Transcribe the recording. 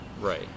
Right